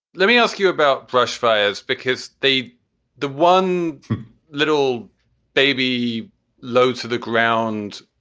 let me ask you about brushfires, because they the one little baby low to the ground.